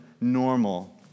normal